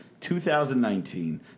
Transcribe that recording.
2019